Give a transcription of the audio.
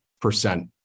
percent